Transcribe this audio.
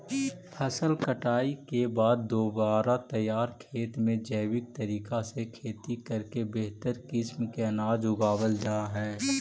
फसल कटाई के बाद दोबारा तैयार खेत में जैविक तरीका से खेती करके बेहतर किस्म के अनाज उगावल जा हइ